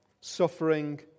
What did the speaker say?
suffering